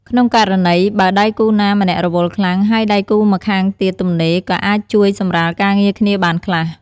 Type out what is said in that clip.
ក្នុងករណីបើដៃគូណាម្នាក់រវល់ខ្លាំង ហើយដៃគូម្ខាងទៀតទំនេរ ក៏អាចជួយសម្រាលការងារគ្នាបានខ្លះ។